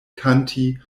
kanti